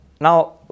Now